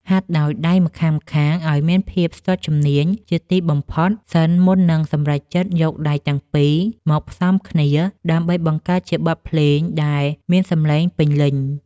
ហាត់ដោយដៃម្ខាងៗឱ្យមានភាពស្ទាត់ជំនាញជាទីបំផុតសិនមុននឹងសម្រេចចិត្តយកដៃទាំងពីរមកផ្សំគ្នាដើម្បីបង្កើតជាបទភ្លេងដែលមានសម្លេងពេញលេញ។